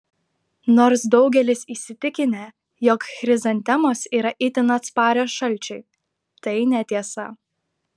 nors daugelis įsitikinę jog chrizantemos yra itin atsparios šalčiui tai netiesa